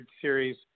series